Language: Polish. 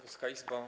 Wysoka Izbo!